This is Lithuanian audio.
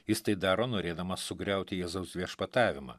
jis tai daro norėdamas sugriauti jėzaus viešpatavimą